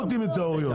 מתיאוריות,